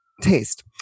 taste